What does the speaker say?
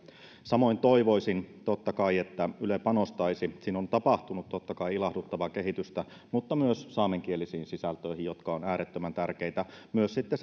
samoin toivoisin totta kai että yle panostaisi siinä on tapahtunut totta kai ilahduttavaa kehitystä myös saamenkielisiin sisältöihin jotka ovat äärettömän tärkeitä myös sitten